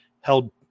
held